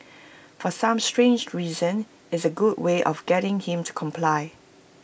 for some strange reason it's A good way of getting him to comply